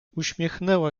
uśmiechnęła